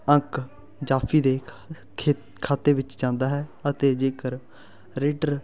ਅੰਕ ਜਾਫੀ ਦੇ ਖੇਤ ਖਾਤੇ ਵਿੱਚ ਜਾਂਦਾ ਹੈ ਅਤੇ ਜੇਕਰ ਰੇਡਰ